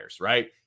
right